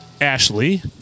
Ashley